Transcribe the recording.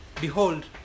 Behold